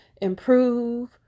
improve